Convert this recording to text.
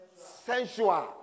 Sensual